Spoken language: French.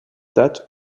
date